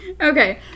Okay